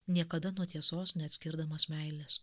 niekada nuo tiesos neatskirdamas meilės